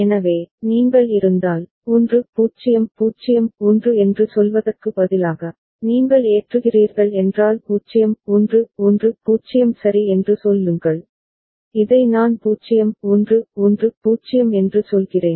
எனவே நீங்கள் இருந்தால் 1 0 0 1 என்று சொல்வதற்கு பதிலாக நீங்கள் ஏற்றுகிறீர்கள் என்றால் 0 1 1 0 சரி என்று சொல்லுங்கள் இதை நான் 0 1 1 0 என்று சொல்கிறேன்